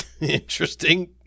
interesting